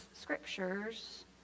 scriptures